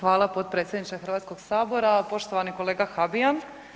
Hvala potpredsjedniče Hrvatskog sabora, poštovani kolega Habijan.